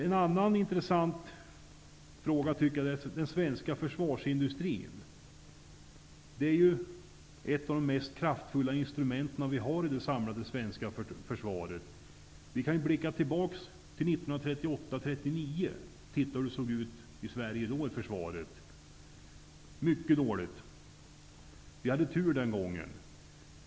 En annan intressant fråga är den svenska försvarsindustrin, ett av de kraftfullaste instrument vi har i det samlade svenska försvaret. Vi kan blicka tillbaka till 1938--1939 och se hur försvaret i Sverige då såg ut. Det var mycket dåligt. Vi hade tur den gången.